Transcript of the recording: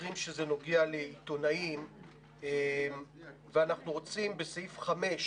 במקרים שזה נוגע לעיתונאים ואנחנו רוצים בסעיף 5,